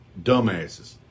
dumbasses